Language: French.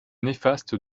néfastes